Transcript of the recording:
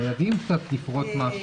חייבים קצת לפרוט משהו.